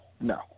no